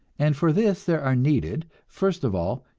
and for this there are needed, first of all,